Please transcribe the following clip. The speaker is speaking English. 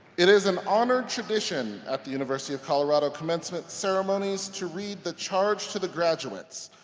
it is an honored tradition at the university of colorado commencement ceremonies to read the charge to the graduates.